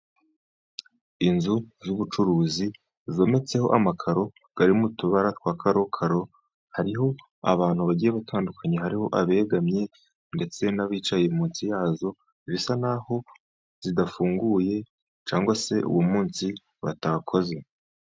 Inzu z'ubucuruzi zometseho amakaro ari mu tubara twa karokaro, hariho abantu bagiye batandukanye, hariho abegamye ndetse n'abicaye munsi yazo, bisa nk'aho zidafunguye cyangwa se uwo munsi batakoze.